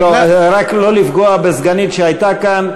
רק לא לפגוע בסגנית שהייתה כאן.